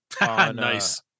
Nice